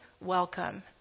welcome